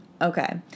Okay